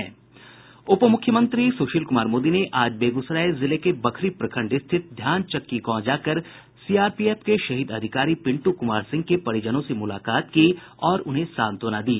उप मुख्यमंत्री सुशील कुमार मोदी ने आज बेगूसराय जिले के बखरी प्रखंड स्थित ध्यान चक्की गांव जाकर सीआरपीएफ के शहीद अधिकारी पिन्टू कुमार सिंह के परिजनों से मुलाकात की और सांत्वना दी